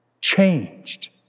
changed